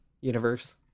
universe